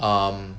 um